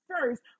first